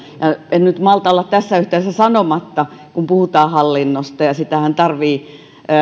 en nyt malta olla tässä yhteydessä sanomatta kun puhutaan hallinnosta ja ja sitähän tarvitsee